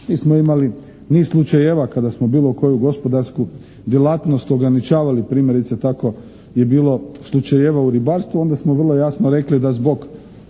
Mi smo imali niz slučajeva kada smo bilo koju gospodarsku djelatnost ograničavali, primjerice tako je bilo slučajeva u ribarstvu, onda smo vrlo jasno rekli da zbog